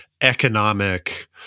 economic